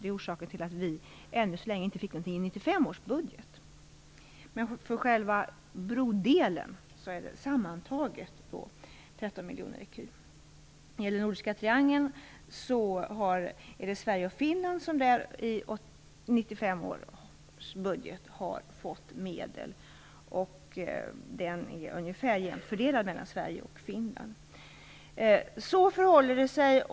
Det är orsaken till att vi än så länge inte har fått något från 1995 års budget. Men för själva brodelen är den sammanlagda summan 13 miljoner ecu. När det gäller den nordiska triangeln har Sverige och Finland fått medel från 1995 års budget. De är ungefär jämnt fördelade mellan Sverige och Finland. Så förhåller det sig.